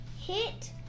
Hit